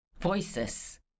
Voices